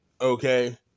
Okay